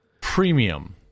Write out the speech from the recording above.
premium